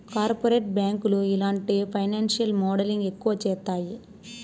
corporate బ్యాంకులు ఇలాంటి financial modelling ఎక్కువ చేత్తాయి